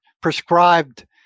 prescribed